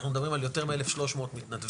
אנחנו מדברים על יותר מ-1300 מתנדבים,